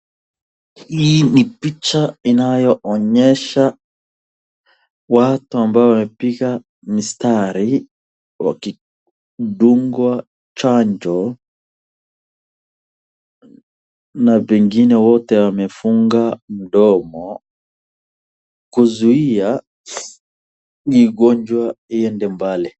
Hii ni picha inayonyesha watu ambao watu ambao wamepiga mstari wakidungwa chanjo na wengine wote wamefunga mdomo kuzuia hii ugonjwa iende mbali.